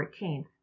14th